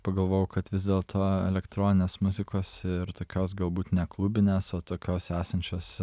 pagalvojau kad vis dėlto elektroninės muzikos ir tokios galbūt neklubinės o tokios esančios